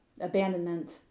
abandonment